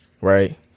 right